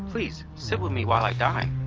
please, sit with me while i dine?